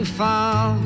fall